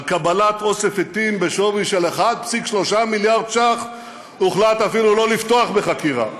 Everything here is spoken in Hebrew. על קבלת אוסף עטים בשווי 1.3 מיליארד שקל הוחלט אפילו לא לפתוח בחקירה.